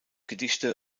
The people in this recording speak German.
gedichte